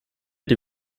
die